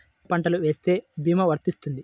ఏ ఏ పంటలు వేస్తే భీమా వర్తిస్తుంది?